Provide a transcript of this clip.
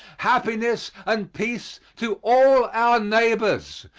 happiness and peace to all our neighbors,